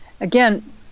Again